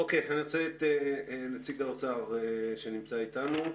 נציג האוצר שנמצא אתנו,